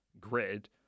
grid